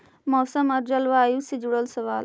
मौसम और जलवायु से जुड़ल सवाल?